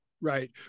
Right